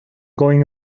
going